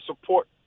support